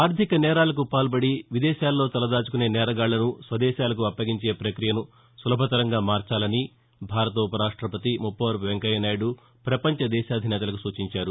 ఆర్థిక నేరాలకు పాల్పడి విదేశాల్లో తలదాచుకునే నేరగాళ్లను స్వదేశాలకు అప్పగించే పక్రియను సులభతరంగా మార్చాలని భారత ఉపరాష్టపతి ముప్పవరపు వెంకయ్య నాయుడు పపంచ దేశాధినేతలకు సూచించారు